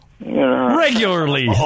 regularly